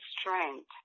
strength